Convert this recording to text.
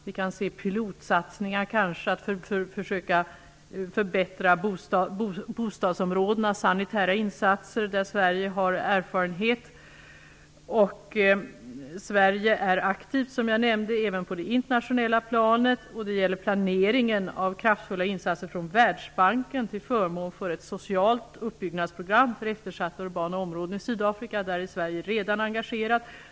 Vi kan se pilotsatsningar för att försöka förbättra bostadsområdena, sanitära insatser där Sverige har stor erfarenhet. Som jag nämnde är Sverige aktivt även på det internationella planet. Det gäller planeringen av kraftfulla insatser från Världsbanken till förmån för ett socialt uppbyggnadsprogram för eftersatta organ och områden i Sydafrika. Där är Sverige redan engagerat.